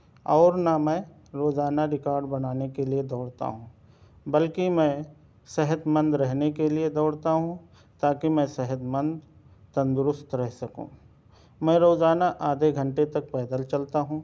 اور نہ میں روزانہ ریکارڈ بنانے کے لئے دوڑتا ہوں بلکہ میں صحت مند رہنے کے لئے دوڑتا ہوں تاکہ میں صحت مند تندرست رہ سکوں میں روزانہ آدھے گھنٹے تک پیدل چلتا ہوں